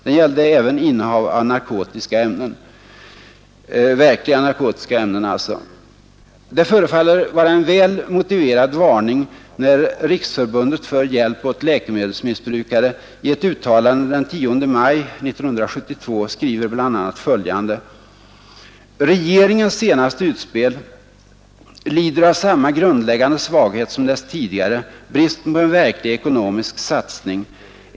Den gällde även innehav av verkliga narkotiska ämnen. Det förefaller vara en väl motiverad varning när Riksförbundet för hjälp åt läkemedelsmissbrukare i ett uttalande den 10 maj 1972 skriver bl.a. följande: ”Regeringens senaste utspel lider av samma grundläggande svaghet som dess tidigare — bristen på en verklig ekonomisk satsning.